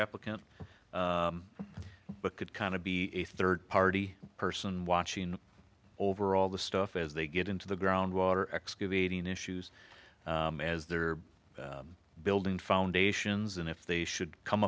applicant but could kind of be a third party person watching over all the stuff as they get into the ground water excavating issues as they're building foundations and if they should come